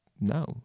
No